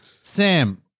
Sam